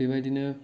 बेबायदिनो